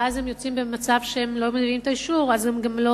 ואז הם הם לא מביאים את האישור והם גם לא